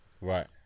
Right